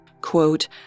Quote